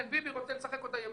כן, ביבי רוצה לשחק אותה ימני.